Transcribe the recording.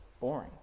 boring